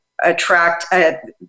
attract